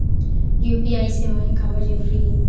UPI सेवाएं काबर जरूरी हे?